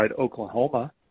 Oklahoma